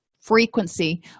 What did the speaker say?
frequency